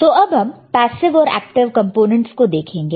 तो अब हम पैसिव और एक्टिव कंपोनेंट्स को देखेंगे